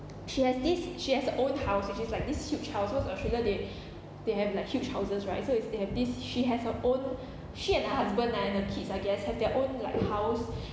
she has this she has her own house which is like this huge house because australia they they have like huge houses right so it's they have this she has her own she and husband ah and her kids I guess have their own like house